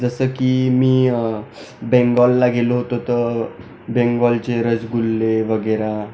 जसं की मी बेंगॉलला गेलो होतो तर बेंगॉलचे रसगुल्ले वगैरे